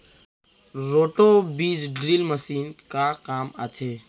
Roto बीज drill machine का काम आथे?